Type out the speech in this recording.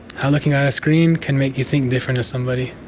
how looking at a screen can make you think different to somebody.